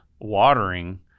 watering